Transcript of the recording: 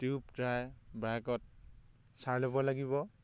tube ট্ৰাই ব্ৰাইকত চাই ল'ব লাগিব